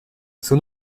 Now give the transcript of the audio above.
son